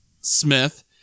Smith